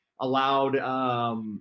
allowed